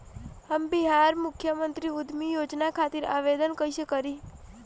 हम बिहार मुख्यमंत्री उद्यमी योजना खातिर आवेदन कईसे करी?